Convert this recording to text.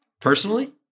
Personally